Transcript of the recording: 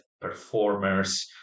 performers